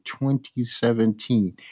2017